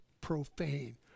profane